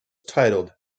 titled